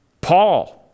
Paul